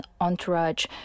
entourage